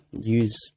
use